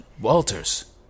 Walters